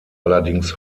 allerdings